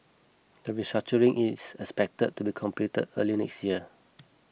the restructuring is expected to be completed early next year